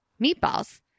meatballs